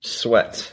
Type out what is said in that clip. sweat